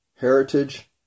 heritage